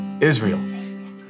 Israel